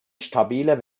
stabile